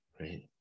right